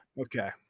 Okay